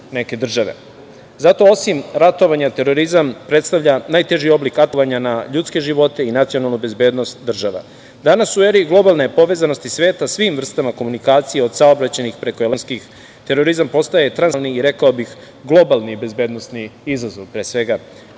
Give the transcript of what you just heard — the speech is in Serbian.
neke države. Zato osim ratovanja terorizam predstavlja najteži oblik atakovanja na ljudske živote i nacionalnu bezbednost država. Danas u eri globalne povezanosti sveta svim vrstama komunikacija od saobraćajnih preko elektronskih, terorizam postaje transnacionalni i rekao bih globalni bezbednosni izazov,